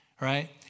right